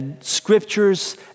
scriptures